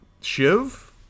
Shiv